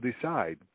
decide